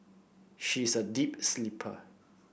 she is a deep sleeper